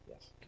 yes